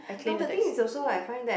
no the thing is also I find that